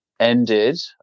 ended